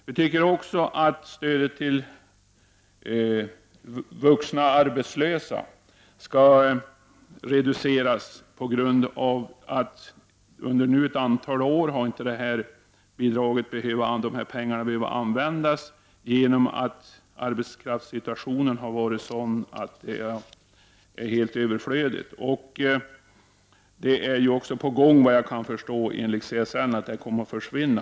Vi tycker också att stödet till vuxna arbetslösa skall reduceras. Under ett antal år har ju de pengarna inte behövts genom att arbetskraftssituationen har gjort stödet helt överflödigt. Såvitt jag förstår — enligt uppgifter från CSN — är det aktuellt att det här stödet skall försvinna.